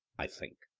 i think.